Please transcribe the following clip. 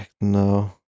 No